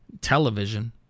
Television